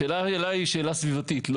השאלה אליי היא שאלה הסביבתית.